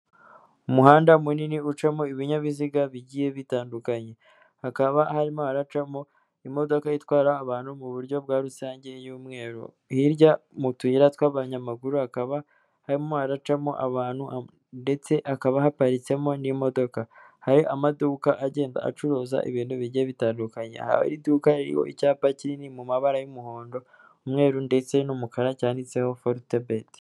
Umuhanda munini ucamo ibinyabiziga bigiye bitandukanye. Hakaba harimo haracamo imodoka itwara abantu mu buryo bwa rusange y'umweru. Hirya mu tuyira tw'abanyamaguru, hakaba harimo haracamo abantu ndetse hakaba haparitsemo n'imodoka. Hari amaduka agenda acuruza ibintu bigiye bitandukanye. Hari iduka ririho icyapa kinini kiri mu mabara y'umuhondo, umweru ndetse n'umukara cyanditseho forutebeti.